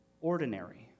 ordinary